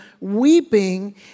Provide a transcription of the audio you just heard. weeping